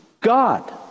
God